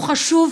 הוא חשוב,